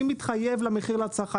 מי מתחייב למחיר לצרכן,